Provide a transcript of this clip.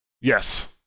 Yes